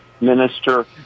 minister